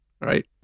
right